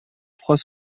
trois